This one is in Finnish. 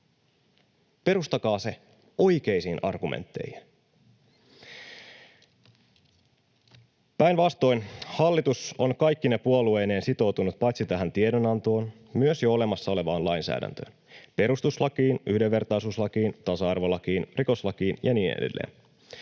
Perustakaa se oikeisiin argumentteihin. Päinvastoin hallitus on kaikkine puolueineen sitoutunut paitsi tähän tiedonantoon myös jo olemassa olevaan lainsäädäntöön: perustuslakiin, yhdenvertaisuuslakiin, tasa-arvolakiin, rikoslakiin ja niin edelleen.